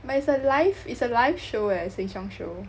but it's a live it's a live show leh Sheng-Siong show